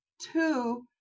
Two